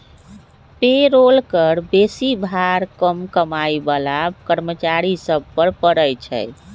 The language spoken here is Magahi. पेरोल कर बेशी भार कम कमाइ बला कर्मचारि सभ पर पड़इ छै